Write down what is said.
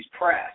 press